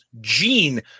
Gene